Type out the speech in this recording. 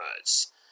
words